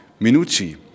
Minucci